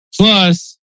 Plus